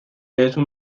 بهتون